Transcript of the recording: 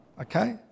okay